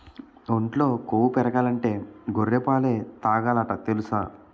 ఒంట్లో కొవ్వు పెరగాలంటే గొర్రె పాలే తాగాలట తెలుసా?